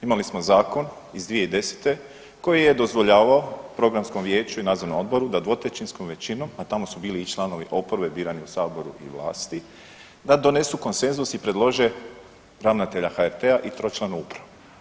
Imali smo Zakon iz 2010. koji je dozvoljavao Programskom vijeću i Nadzornom odboru da dvotrećinskom većinom, a tamo su bili i članovi oporbe, birani u Saboru i vlasti da donesu konsenzus i predlože ravnatelja HRT-a i tročlanu upravu.